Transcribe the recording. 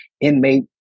inmate